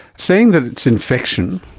saying that it's infection,